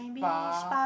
spa